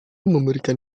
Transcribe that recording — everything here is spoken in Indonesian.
memberikan